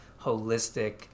holistic